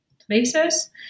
places